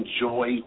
enjoy